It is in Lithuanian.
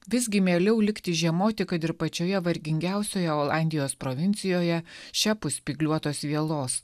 visgi mieliau likti žiemoti kad ir pačioje vargingiausioje olandijos provincijoje šiapus spygliuotos vielos